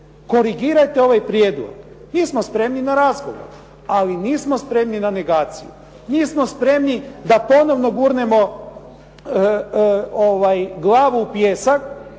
korigirajte ovaj prijedlog, mi smo spremni na razgovor, ali nismo spremni na negaciju. Nismo spremni da ponovo gurnemo glavu u pijesak